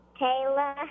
Kayla